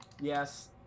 Yes